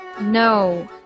No